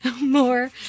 more